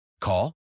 Call